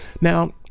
Now